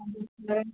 हाँ